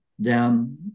down